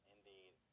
Indeed